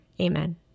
Amen